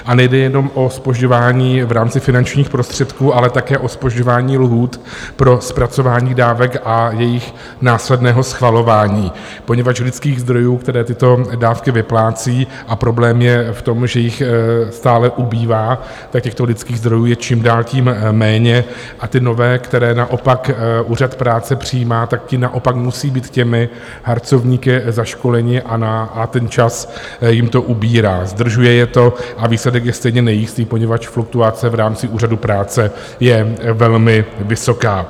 A nejde jenom o zpožďování v rámci finančních prostředků, ale také o zpožďování lhůt pro zpracování dávek a jejich následného schvalování, poněvadž lidských zdrojů, které tyto dávky vyplácí a problém je v tom, že jich stále ubývá tak těchto lidských zdrojů je čím dál tím méně, a ty nové, které naopak Úřad práce přijímá, ti naopak musí být těmi harcovníky zaškoleni a ten čas jim to ubírá, zdržuje je to a výsledek je stejně nejistý, poněvadž fluktuace v rámci Úřadu práce je velmi vysoká.